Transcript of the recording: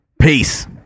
Peace